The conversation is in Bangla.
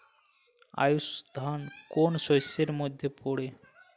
আউশ ধান কোন শস্যের মধ্যে পড়ে?